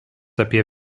apie